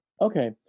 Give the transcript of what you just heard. Okay